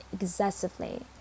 excessively